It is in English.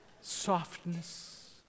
softness